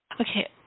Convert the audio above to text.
Okay